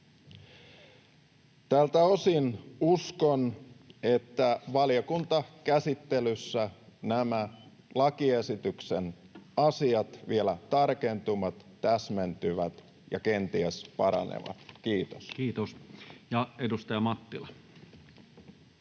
Tältä osin uskon, että valiokuntakäsittelyssä nämä lakiesityksen asiat vielä tarkentuvat, täsmentyvät ja kenties paranevat. — Kiitos. [Speech 73]